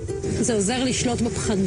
דווקא בתקופה הזאת,